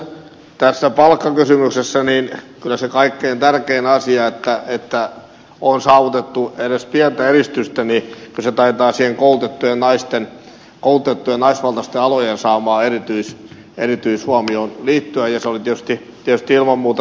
tässä palkkakysymyksessä kyllä se kaikkein tärkein asia siinä että on saavutettu edes pientä edistystä taitaa siihen naisvaltaisten koulutettujen ammattiryhmien saamaan erityishuomioon liittyä ja se oli tietysti ilman muuta tarpeen